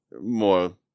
more